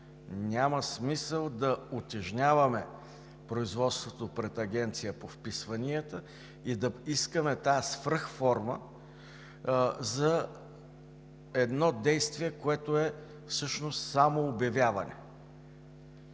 Няма смисъл да утежняваме производството пред Агенцията по вписванията и да искаме тази свръхформа за едно действие, което е всъщност само обявяване,